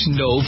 no